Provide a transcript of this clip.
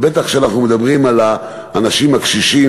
ובטח כשאנחנו מדברים על האנשים הקשישים,